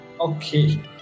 Okay